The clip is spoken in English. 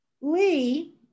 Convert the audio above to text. Lee